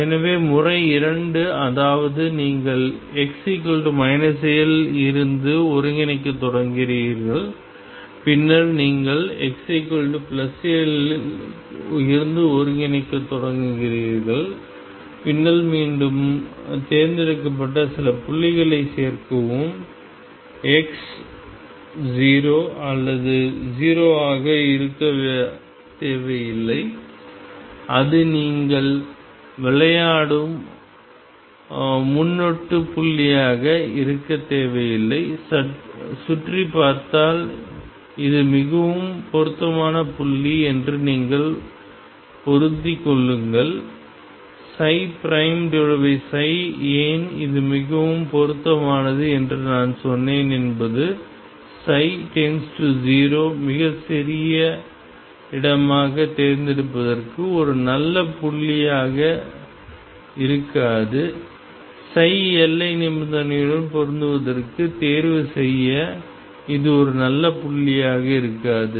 எனவே முறை இரண்டு அதாவது நீங்கள் x L இல் இருந்து ஒருங்கிணைக்கத் தொடங்குகிறீர்கள் பின்னர் நீங்கள் xL இல் இருந்து ஒருங்கிணைக்கத் தொடங்குகிறீர்கள் பின்னர் மீண்டும் தேர்ந்தெடுக்கப்பட்ட சில புள்ளிகளைச் சேர்க்கவும் x 0 அது 0 ஆக இருக்க தேவையில்லை அது நீங்கள் விளையாடும் முன்னொட்டு புள்ளியாக இருக்க தேவையில்லை சுற்றிப் பார்த்தால் இது மிகவும் பொருத்தமான புள்ளி என்று நீங்கள் பொருத்திக் கொள்ளுங்கள் ஏன் இது மிகவும் பொருத்தமானது என்று நான் சொன்னேன் என்பது ψ→0 மிகச் சிறிய இடமாகத் தேர்ந்தெடுப்பதற்கு ஒரு நல்ல புள்ளியாக இருக்காது எல்லை நிபந்தனையுடன் பொருந்துவதற்கு தேர்வு செய்ய இது ஒரு நல்ல புள்ளியாக இருக்காது